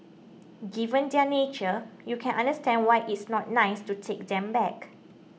given their nature you can understand why it's not nice to take them back